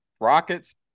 Rockets